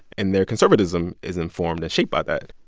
and their conservatism is informed and shaped by that.